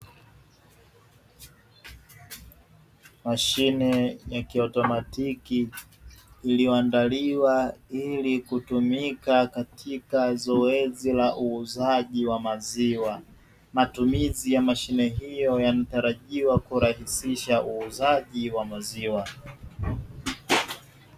Mashine ya kiautomatiki iliyoandaliwa ili kutumika katika zoezi la uuzaji wa maziwa. Matumizi ya mashine hiyo yanatarajiwa kurahisisha uuzaji wa maziwa.